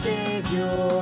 Savior